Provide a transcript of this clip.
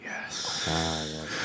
Yes